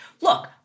look